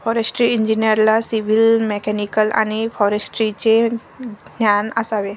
forestry इंजिनिअरला civil, mechanical आणि फॉरेस्ट्रीचे ज्ञान असावे